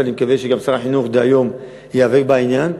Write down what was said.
ואני מקווה שגם שר החינוך דהיום ייאבק בעניין.